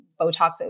Botox